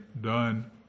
done